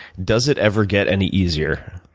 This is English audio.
does it ever get any easier?